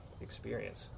experience